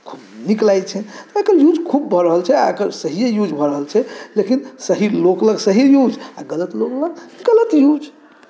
खूब नीक लागै छनि तऽ एकर यूज खूब भऽ रहल छै आओर एकर सहिए यूज भऽ रहल छै मुदा सही लोकलग सही यूज आओर गलत लोकलग गलत यूज